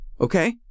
okay